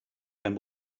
pen